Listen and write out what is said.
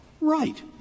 Right